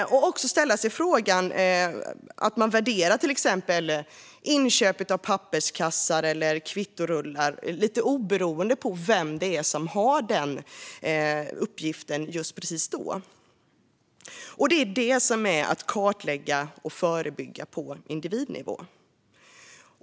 Man kan också ställa frågan hur det kommer sig att man värderar exempelvis ansvar för inköp av papperskassar eller kvittorullar olika beroende på vem som för tillfället har den uppgiften. Det är detta som är att kartlägga och förebygga på individnivå.